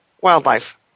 wildlife